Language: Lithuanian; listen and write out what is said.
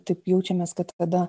taip jaučiamės kad kada